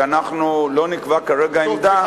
שאנחנו לא נקבע כרגע עמדה,